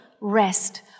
rest